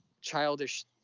childish